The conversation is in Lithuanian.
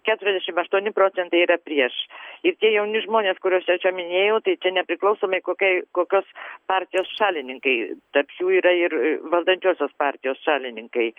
keturiasdešim aštuonis procentai yra prieš ir tie jauni žmonės kuriuos aš čia minėjau tai čia nepriklausomai kokiai kokios partijos šalininkai tarp jų yra ir valdančiosios partijos šalininkai